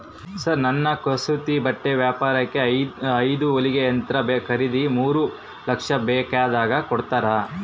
Sir ನನ್ನ ಕಸೂತಿ ಬಟ್ಟೆ ವ್ಯಾಪಾರಕ್ಕೆ ಐದು ಹೊಲಿಗೆ ಯಂತ್ರ ಖರೇದಿಗೆ ಮೂರು ಲಕ್ಷ ಸಾಲ ಬೇಕಾಗ್ಯದ ಕೊಡುತ್ತೇರಾ?